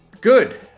Good